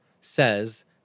says